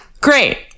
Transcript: great